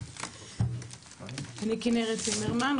אני כנרת צימרמן,